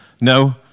no